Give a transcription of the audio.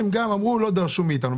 אמרו: "לא דרשו מאתנו".